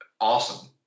awesome